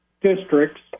districts